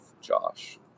Josh